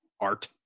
art